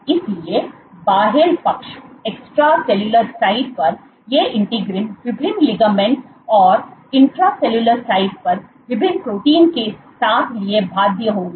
इसलिए बाहेल पक्ष पर ये इंटीग्रीन विभिन्न लिगामेंट्स और इंट्रासेलुलर साइड पर विभिन्न प्रोटीन के साथ लिए बाध्य होंगे